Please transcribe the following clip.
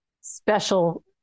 special